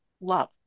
love